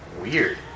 Weird